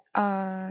err